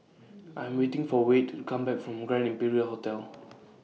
I Am waiting For Wayde to Come Back from Grand Imperial Hotel